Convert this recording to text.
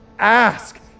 Ask